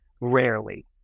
rarely